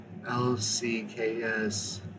LCKS